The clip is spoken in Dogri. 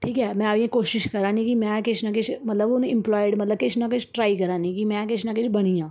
ठीक ऐ में ऐहीं बी कोशश करांऽ नी कि में किश ना किश मतलब एम्प्लॉयड मतलब किश ना किश ट्राई करानी कि में किश ना किश बनी आं